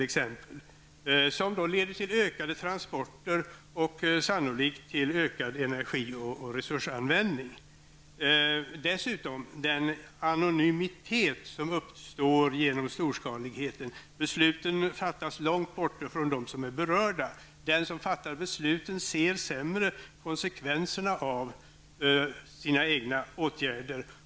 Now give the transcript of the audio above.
Det leder till ökade transporter och sannolikt till ökad energi och resursanvändning. Dessutom har vi den anonymitet som uppstår på grund av storskaligheten. Besluten fattas långt bort från dem som är berörda. Den som fattar besluten ser sämre konsekvenserna av sina egna åtgärder.